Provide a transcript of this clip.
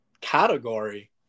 category